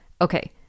Okay